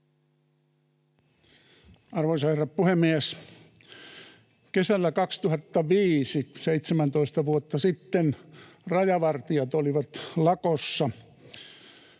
Arvoisa herra puhemies! Kesällä 2005, 17 vuotta sitten, rajavartijat olivat lakossa.